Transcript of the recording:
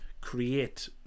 create